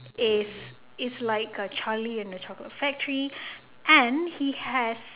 is is like a charlie and the chocolate factory and he has